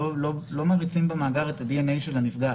לא מריצים במאגר את הדנ"א של הנפגעת.